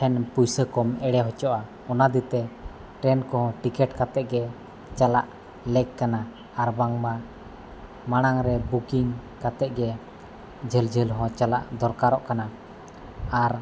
ᱴᱷᱮᱱ ᱯᱩᱭᱥᱟᱹᱠᱚᱢ ᱮᱬᱮ ᱦᱚᱪᱚᱜᱼᱟ ᱚᱱᱟ ᱠᱷᱟᱹᱛᱤᱨᱛᱮ ᱠᱚᱦᱚᱸ ᱠᱟᱛᱮᱫ ᱜᱮ ᱪᱟᱞᱟᱜ ᱞᱮᱠ ᱠᱟᱱᱟ ᱟᱨ ᱵᱟᱝᱢᱟ ᱢᱟᱲᱟᱝ ᱨᱮ ᱠᱟᱛᱮᱫ ᱜᱮ ᱡᱷᱟᱹᱞ ᱡᱷᱟᱹᱞ ᱦᱚᱸ ᱪᱟᱞᱟᱜ ᱫᱚᱨᱠᱟᱨᱚᱜ ᱠᱟᱱᱟ ᱟᱨ